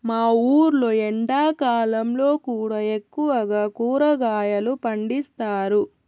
మా ఊర్లో ఎండాకాలంలో కూడా ఎక్కువగా కూరగాయలు పండిస్తారు